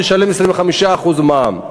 25% מע"מ.